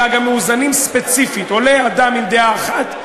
אלא גם מאוזנים ספציפית: עולה אדם עם דעה אחת,